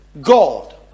god